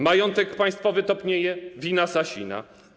Majątek państwowy topnieje - wina Sasina.